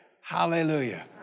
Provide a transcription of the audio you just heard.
Hallelujah